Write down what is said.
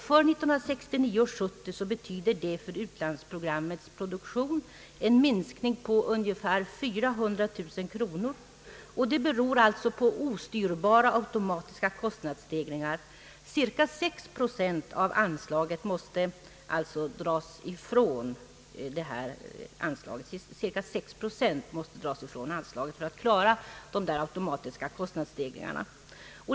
Budgetåret 1969/70 betyder det för utlandsprogrammets produktion en minskning på ungefär 400 000 kronor. Detta beror alltså på ostyrbara automatiska kostnadsstegringar. Man måste alltså dra ifrån cirka sex procent av anslaget för att klara dessa automatiska kostnadsstegringar.